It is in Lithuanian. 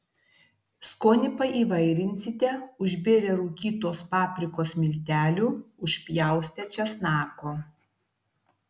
skonį paįvairinsite užbėrę rūkytos paprikos miltelių užpjaustę česnako